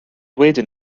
wedyn